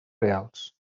reals